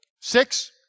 Six